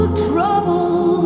trouble